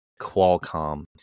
Qualcomm